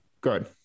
good